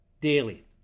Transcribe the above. daily